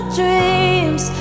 dreams